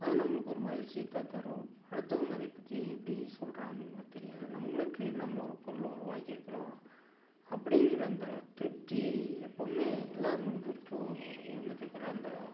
அது நம்மளுக்கு ஒரு மகிழ்ச்சிய தான் தரும் அடுத்தவங்க அதை பற்றி எப்படி சொல்கிறாங்கங்கிறது தெரியாது நம்மளுக்கு நம்ம ஒரு பொருளை உருவாக்கியிருக்குறோம் அப்படிங்கிற அந்த திருப்தி எப்போவுமே எல்லா மனிதருக்கும் இருந்துகிட்ருக்குற அந்த